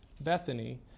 Bethany